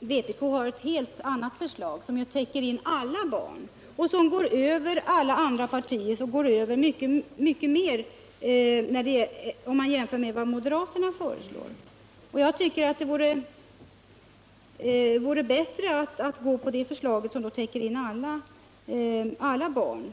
vpk har lagt fram ett helt annat förslag, ett förslag som täcker in alla barn. Det förslaget går över alla andra partiers förslag, och det går mycket över det förslag som moderaterna har lagt fram. Jag tycker att det vore bättre att stödja det förslag som täcker in alla barn.